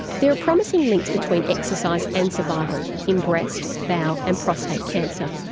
there are promising links between exercise and survival in breast, bowel and prostate cancer.